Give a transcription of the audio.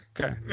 okay